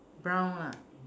brown lah